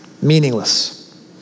Meaningless